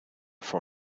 for